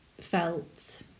felt